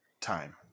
time